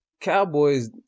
Cowboys